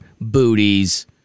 booties